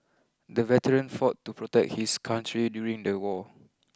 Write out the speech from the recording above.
the veteran fought to protect his country during the war